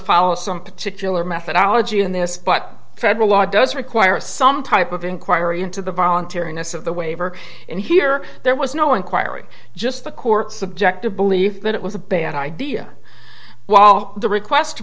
follow some particular methodology in this but federal law does require some type of inquiry into the voluntariness of the waiver and here there was no inquiry just the court subjective belief that it was a bad idea while the request to